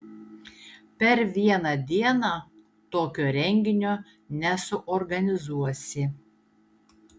per vieną dieną tokio renginio nesuorganizuosi